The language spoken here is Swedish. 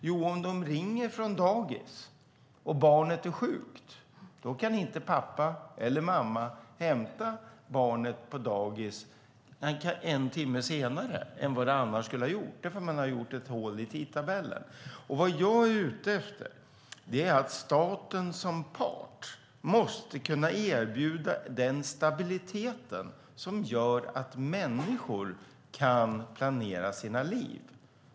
Jo, när de ringer från dagis för att barnet är sjukt kan inte pappa eller mamma hämta barnet om tåget går en timme senare. Vad jag är ute efter är att staten som part måste kunna erbjuda den stabilitet som gör att människor kan planera sina liv.